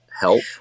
help